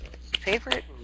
favorite